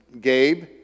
Gabe